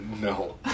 No